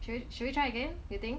should we try again you think